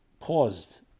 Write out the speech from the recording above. paused